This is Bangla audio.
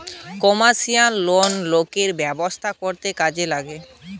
কমার্শিয়াল লোন লোকের ব্যবসা করতে কাজে লাগছে